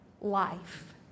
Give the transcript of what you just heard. life